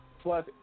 plus